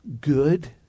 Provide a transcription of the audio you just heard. good